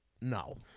No